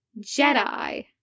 Jedi